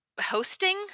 hosting